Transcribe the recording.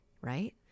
Right